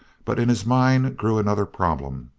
but in his mind grew another problem.